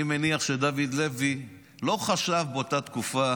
אני מניח שדוד לוי לא חשב באותה תקופה